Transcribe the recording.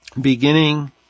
beginning